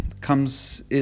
comes